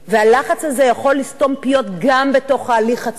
והלחץ הזה יכול לסתום פיות גם בתוך ההליך עצמו,